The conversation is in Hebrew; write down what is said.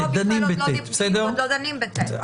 דנים ב-(ט).